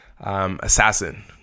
assassin